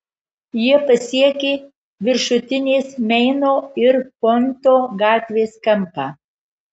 jie pasiekė viršutinės meino ir pointo gatvės kampą